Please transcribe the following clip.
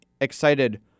excited